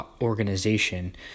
organization